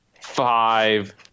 five